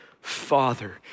Father